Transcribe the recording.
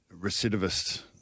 recidivist